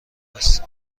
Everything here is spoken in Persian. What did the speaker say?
است